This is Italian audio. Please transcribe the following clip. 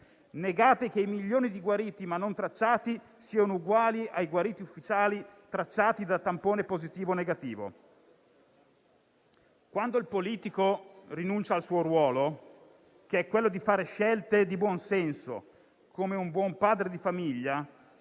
Negate che i milioni di guariti ma non tracciati siano uguali ai guariti ufficiali tracciati da tampone positivo o negativo. Quando il politico rinuncia al suo ruolo, che è quello di fare scelte di buon senso, come un buon padre di famiglia,